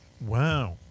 Wow